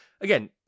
again